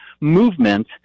movement